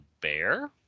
Bear